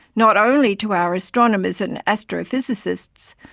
not only to our astronomers and astrophysicists,